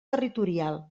territorial